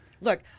Look